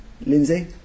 Lindsay